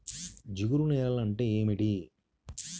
జిగురు నేలలు అంటే ఏమిటీ?